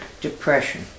depression